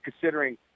considering